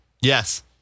Yes